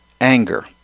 Anger